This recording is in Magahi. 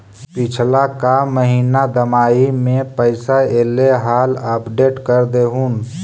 पिछला का महिना दमाहि में पैसा ऐले हाल अपडेट कर देहुन?